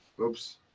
Oops